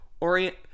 orient